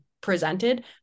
presented